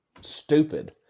stupid